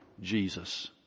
Jesus